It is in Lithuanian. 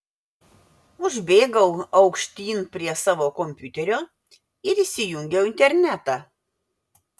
užbėgau aukštyn prie savo kompiuterio ir įsijungiau internetą